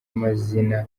mazina